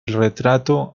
retrato